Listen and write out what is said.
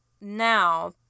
now